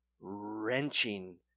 wrenching